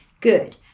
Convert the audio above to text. good